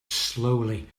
slowly